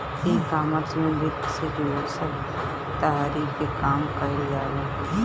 ecommerce में वित्त से जुड़ल सब तहरी के काम कईल जाला